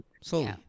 Slowly